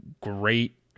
great